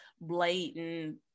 blatant